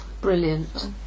Brilliant